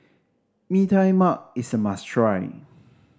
Mee Tai Mak is a must try